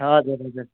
हजुर हजुर